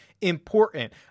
important